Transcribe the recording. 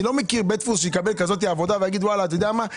אני לא מכיר בית דפוס שיקבל כזאת עבודה ויגיד שאולי